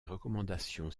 recommandations